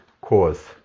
cause